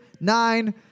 nine